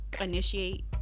initiate